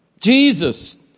Jesus